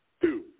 Two